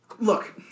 Look